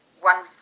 one